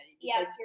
Yes